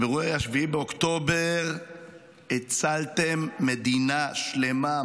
ובאירועי 7 באוקטובר הצלתם מדינה שלמה,